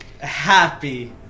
happy